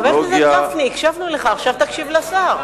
חבר הכנסת גפני, הקשבנו לך, עכשיו תקשיב לשר.